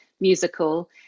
musical